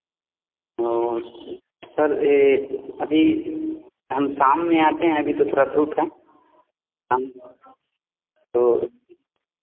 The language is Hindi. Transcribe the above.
आ सर यह अभी हम शाम में आते हैं अभी तो थोड़ा धूप है हाँ तो